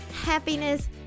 happiness